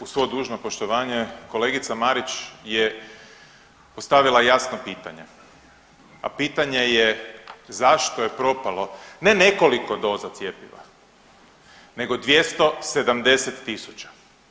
Uz svo dužno poštovanje kolegica Marić je postavila jasno pitanje, a pitanje je zašto je propalo ne nekoliko doza cjepiva, nego 270 000.